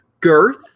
girth